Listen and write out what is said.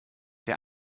der